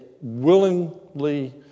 willingly